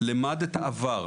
למד את העבר,